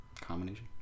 combination